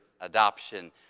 adoption